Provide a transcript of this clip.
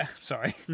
sorry